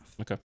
Okay